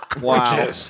Wow